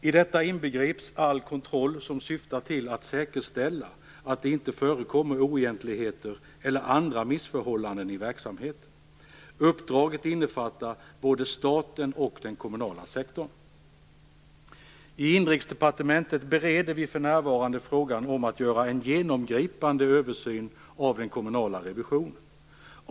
I detta inbegrips all kontroll som syftar till att säkerställa att det inte förekommer oegentligheter eller andra missförhållanden i verksamheten. Uppdraget innefattar både staten och den kommunala sektorn. I Inrikesdepartementet bereder vi för närvarande frågan om att göra en genomgripande översyn av den kommunala revisionen.